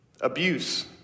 Abuse